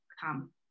come